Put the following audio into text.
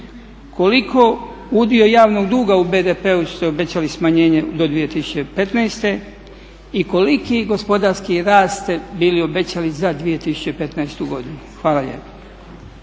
Koliko udio javnog duga u BDP-u ste obećali smanjenje do 2015.? I koliki gospodarski rast ste bili obećali za 2015.godinu? Hvala lijepa.